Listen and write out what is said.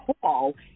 call